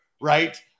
right